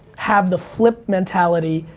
have the flip mentality,